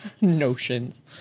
Notions